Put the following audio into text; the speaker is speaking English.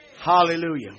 Hallelujah